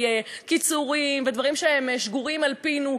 קיצורים ודברים שהם שגורים על פינו,